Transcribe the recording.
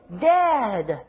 Dead